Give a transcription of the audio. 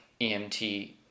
EMT